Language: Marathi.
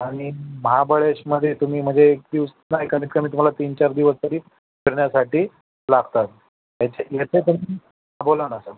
आणि महाबळेशमध्ये तुम्ही म्हणजे एक दिवस नाही कमीत कमी तुम्हाला तीन चार दिवस तरी फिरण्यासाठी लागतात बोला ना सर